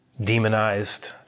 demonized